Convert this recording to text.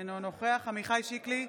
אינו נוכח עמיחי שיקלי,